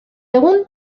egun